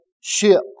ship